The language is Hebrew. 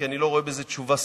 כי אני לא רואה בזה תשובה סופית,